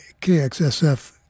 KXSF